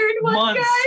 months